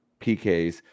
PKs